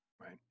Right